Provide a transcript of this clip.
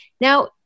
Now